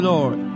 Lord